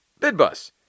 Bidbus